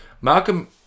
Malcolm